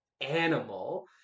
animal